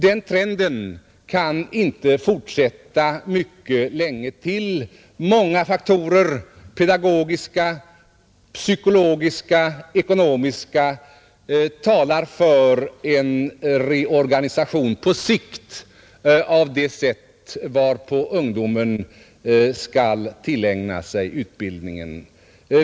Den trenden kan inte fortsätta mycket länge till. Många pedagogiska, psykologiska och ekonomiska faktorer talar för en reorganisation på sikt av det sätt varpå ungdomen skall tillägna sig utbildningen.